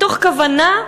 מתוך כוונה,